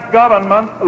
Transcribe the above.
government